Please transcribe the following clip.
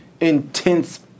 intense